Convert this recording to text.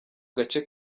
gace